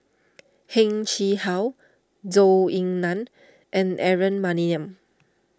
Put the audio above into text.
Heng Chee How Zhou Ying Nan and Aaron Maniam